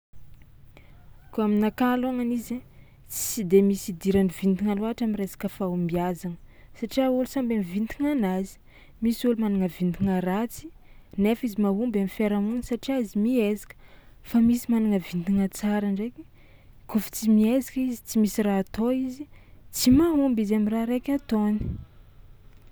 Kôa aminakahy alôgnany izy ai tsy de misy idiran'ny vintagna loatra am'resaka fahomboazagna satia ôlo samby am'vintagnanazy, misy ôlo managna vintagna ratsy nefa izy mahomby am'fiarahamony satria izy miezaka fa misy managna vintagna tsara ndraiky kaofa tsy miezaka izy tsy misy raha atao izy, tsy mahomby izy am'raha raiky ataony.